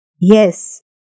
Yes